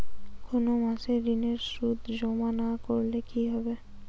কোনো মাসে ঋণের সুদ জমা না করলে কি হবে?